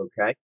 Okay